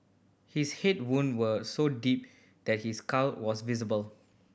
his head wound were so deep that his skull was visible